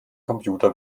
computer